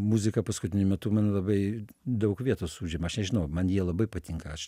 muzika paskutiniu metu man labai daug vietos užima aš nežinau man jie labai patinka aš